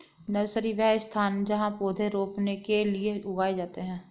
nursery, वह स्थान जहाँ पौधे रोपने के लिए उगाए जाते हैं